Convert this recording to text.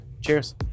Cheers